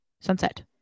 sunset